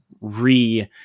re